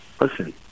listen